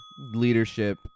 leadership